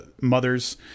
mothers